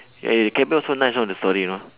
eh care bear also nice [one] the story you know